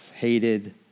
hated